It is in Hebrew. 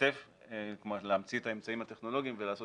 להמציא את האמצעים הטכנולוגיים ולעשות